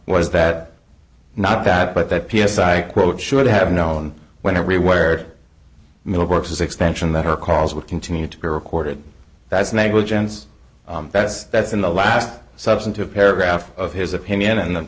was that not that but that p s i quote should have known when everywhere middlebrooks was extension that her calls would continue to be recorded that's negligence that's that's in the last substantive paragraph of his opinion and the